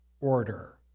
order